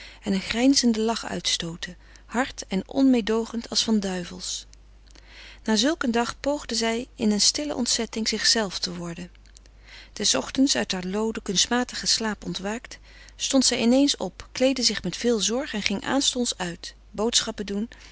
en een grijnzenden lach uitstooten hard en onmeêdoogend als van duivels na zulk een dag poogde zij in een stille ontzetting zichzelve te worden des ochtends uit haar looden kunstmatigen slaap ontwaakt stond zij in eens op kleedde zich met veel zorg en ging aanstonds uit boodschappen doen